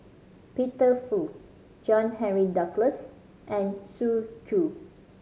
Peter Fu John Henry Duclos and Xu Zhu